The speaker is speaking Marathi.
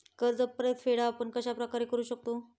कर्ज परतफेड आपण कश्या प्रकारे करु शकतो?